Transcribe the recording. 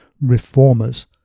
reformers